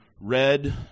red